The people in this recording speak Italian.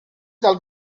dal